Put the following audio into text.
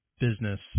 business